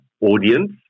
audience